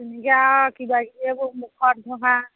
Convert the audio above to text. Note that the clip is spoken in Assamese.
তেনেকে আৰু কিবা কিবি এইবোৰ মুখত ঘঁহা